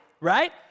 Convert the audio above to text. right